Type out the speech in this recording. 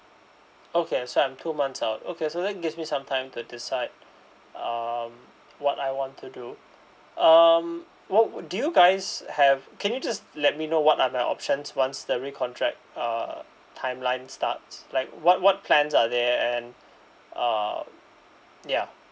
okay so I'm two months out okay so that gives me some time to decide um what I want to do um what would do you guys have can you just let me know what are the options once the recontract uh timeline starts like what what plans are there and uh ya